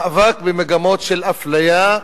המאבק במגמות של אפליה,